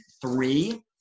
three